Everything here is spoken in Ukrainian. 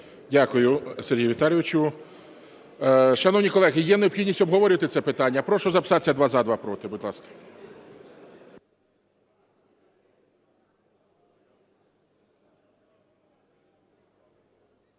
Дякую, Сергію Віталійовичу. Шановні колеги, є необхідність обговорювати це питання? Прошу записатись: два – за, два – проти, будь ласка.